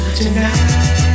tonight